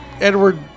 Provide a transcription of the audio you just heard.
Edward